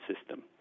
system